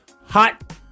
hot